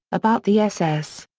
about the ss.